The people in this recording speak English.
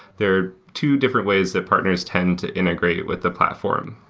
there are two different ways that partners tend to integrate with the platform.